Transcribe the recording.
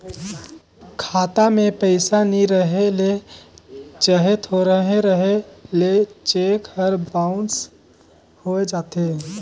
खाता में पइसा नी रहें ले चहे थोरहें रहे ले चेक हर बाउंस होए जाथे